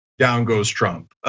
down goes trump.